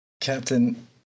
Captain